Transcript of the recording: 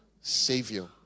savior